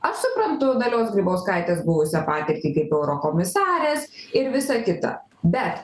aš suprantu dalios grybauskaitės buvusią patirtį kaip eurokomisarės ir visa kita bet